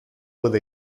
with